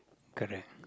correct